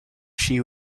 she